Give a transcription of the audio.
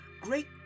Great